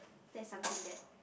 that's something that